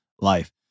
life